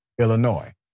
Illinois